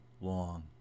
long